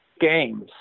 games